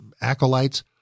acolytes